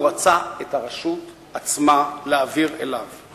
הוא רצה את הרשות עצמה להעביר אליו.